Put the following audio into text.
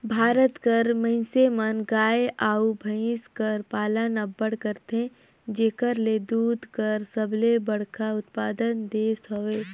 भारत कर मइनसे मन गाय अउ भंइस कर पालन अब्बड़ करथे जेकर ले दूद कर सबले बड़खा उत्पादक देस हवे